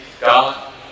God